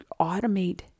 automate